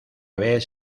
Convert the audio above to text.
vez